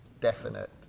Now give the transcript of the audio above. definite